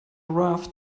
raft